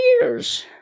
years